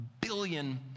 billion